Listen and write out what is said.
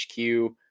HQ